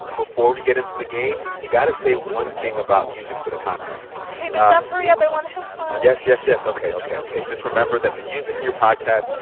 before we get into the game, you've got to say one thing about music for the contest ok, but jeff, hurry up. i want to have fun yes, yes, yes. ok, ok, ok. just remember that the music in your podcast,